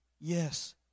yes